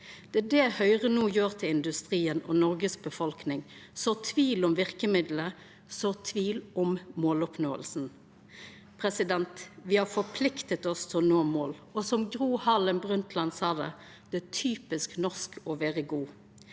Det er det Høgre no gjer til industrien og Noregs befolkning: sår tvil om verkemiddelet og om måloppnåinga. Me har forplikta oss til å nå mål, og som Gro Harlem Brundtland sa det: «Det er typisk norsk å være god.»